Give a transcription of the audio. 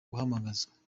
guhamagazwa